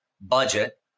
budget